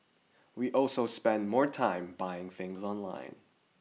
we also spend more time buying things online